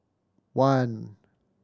one